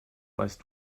weißt